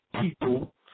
people